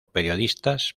periodistas